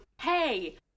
hey